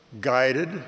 guided